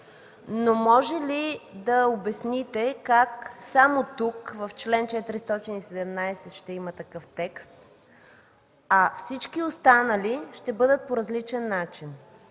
ли обаче да обясните как само тук, в чл. 417 ще има такъв текст, а всички останали ще бъдат по различен начин?